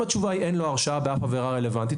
אם התשובה היא אין לו הרשעה באף עבירה רלוונטית,